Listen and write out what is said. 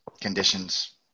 conditions